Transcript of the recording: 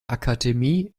akademie